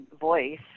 voice